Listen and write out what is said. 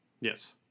Yes